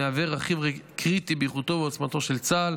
המהווה רכיב קריטי באיכותו ובעוצמתו של צה"ל,